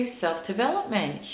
self-development